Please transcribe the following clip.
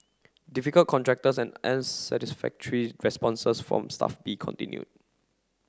difficult contractors and unsatisfactory responses from Staff B continued